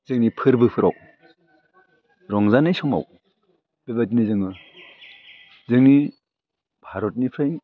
जोंनि फोरबोफ्राव रंजानाय समाव बेबायदिनो जोङो जोंनि भारतनिफ्राय